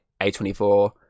A24